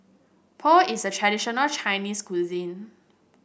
pho is a traditional Chinese cuisine